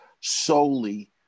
solely